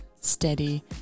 steady